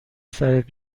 سرت